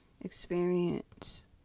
experience